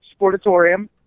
Sportatorium